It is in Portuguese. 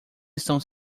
estão